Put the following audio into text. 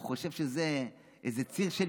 הוא חושב שזה איזה ציר של